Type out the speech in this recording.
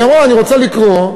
היא אמרה: אני רוצה לקרוא,